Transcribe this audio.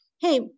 hey